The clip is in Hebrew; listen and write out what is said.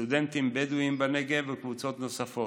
סטודנטים בדואים בנגב וקבוצות נוספות.